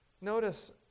Notice